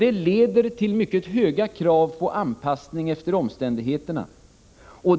Det leder till mycket höga krav på anpassning efter omständigheterna.